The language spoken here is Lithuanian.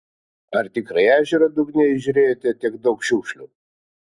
ar tikrai ežero dugne įžiūrėjote tiek daug šiukšlių